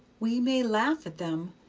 we may laugh at them,